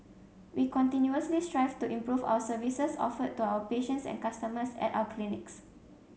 we continuously strive to improve our services offered to our patients and customers at our clinics